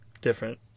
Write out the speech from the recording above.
different